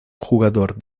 jugador